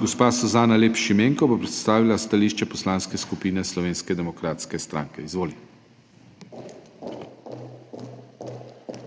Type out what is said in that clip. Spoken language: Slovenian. Gospa Suzana Lep Šimenko bo predstavila stališče Poslanske skupine Slovenske demokratske stranke. Izvoli.